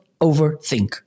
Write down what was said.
overthink